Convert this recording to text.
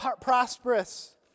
prosperous